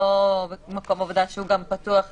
לא מקום עבודה שהוא גם פתוח לציבור.